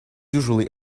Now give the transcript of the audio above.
usually